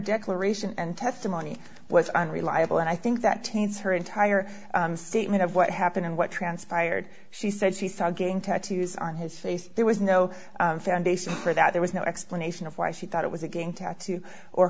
declaration and testimony was unreliable and i think that taints her entire statement of what happened and what transpired she said she saw again tattoos on his face there was no foundation for that there was no explanation of why she thought it was a game tattoo or